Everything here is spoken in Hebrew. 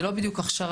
זה לא בדיוק הכשרה,